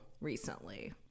recently